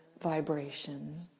vibration